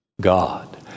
God